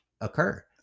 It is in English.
occur